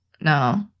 No